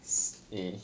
say